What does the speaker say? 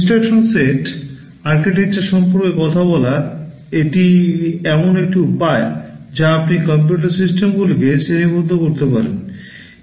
instruction set architecture সম্পর্কে কথা বলা এটি এমন এক উপায় যা আপনি কম্পিউটার সিস্টেমগুলিকে শ্রেণিবদ্ধ করতে পারেন